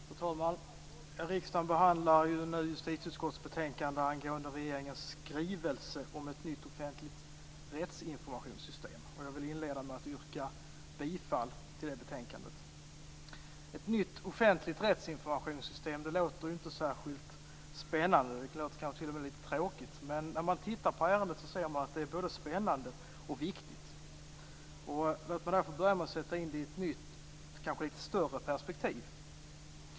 Fru talman! Riksdagen behandlar nu justitieutskottets betänkande angående regeringens skrivelse om ett nytt offentligt rättsinformationssystem. Jag vill inleda med att yrka bifall till utskottets hemställan i betänkandet. Ett nytt offentligt rättsinformationssystem låter inte särskilt spännande utan t.o.m. lite tråkigt. Men när man tittar på ärendet ser man att det är både spännande och viktigt. Låt mig börja med att sätta in det i ett nytt och kanske lite större perspektiv.